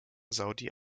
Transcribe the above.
saudi